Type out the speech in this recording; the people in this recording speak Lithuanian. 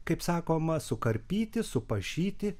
kaip sakoma sukarpyti supašyti